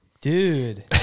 Dude